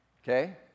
Okay